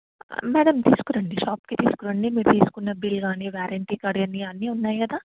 madam తీసుకురండి షాప్కి తీసుకురండి మీరు తీసుకున్న బిల్ కానీ వారంటీ కార్డ్ కానీ అన్నీ ఉన్నాయి కదా